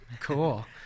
Cool